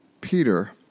Peter